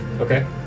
Okay